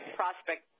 prospect –